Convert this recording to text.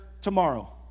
tomorrow